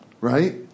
Right